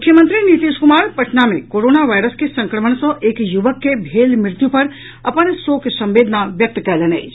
मुख्यमंत्री नीतीश कुमार पटना मे corona virus के संक्रमण सँ एक युवक के भेल मृत्यु पर अपन शोक संवेदना व्यक्त कयलनि अछि